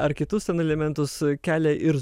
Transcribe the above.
ar kitus ten elementus kelia ir